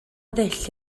ddull